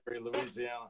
Louisiana